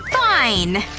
fine!